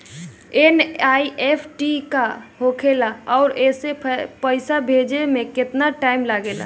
NEFT का होखे ला आउर एसे पैसा भेजे मे केतना टाइम लागेला?